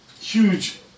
Huge